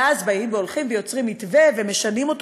ואז באים והולכים ויוצרים מתווה, ומשנים אותו.